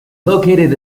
located